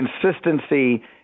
consistency